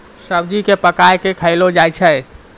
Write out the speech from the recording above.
सब्जी क पकाय कॅ खयलो जाय छै